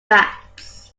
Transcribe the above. facts